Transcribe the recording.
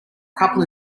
couple